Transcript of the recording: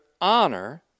honor